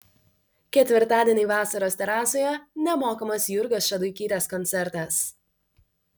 ketvirtadienį vasaros terasoje nemokamas jurgos šeduikytės koncertas